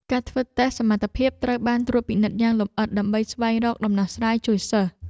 ការធ្វើតេស្តសមត្ថភាពត្រូវបានត្រួតពិនិត្យយ៉ាងលម្អិតដើម្បីស្វែងរកដំណោះស្រាយជួយសិស្ស។